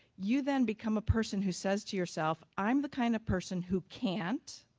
you then become a person who says to yourself, i'm the kind of person who can't,